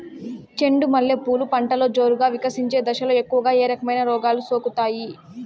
చెండు మల్లె పూలు పంటలో జోరుగా వికసించే దశలో ఎక్కువగా ఏ రకమైన రోగాలు సోకుతాయి?